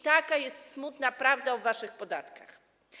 Taka jest smutna prawda o waszych podatkach.